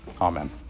Amen